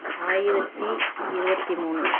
ஆயிரத்தி இருபத்தி மூணு